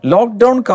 Lockdown